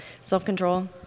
Self-control